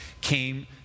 came